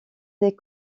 des